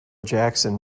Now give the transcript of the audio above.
jackson